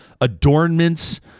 Adornments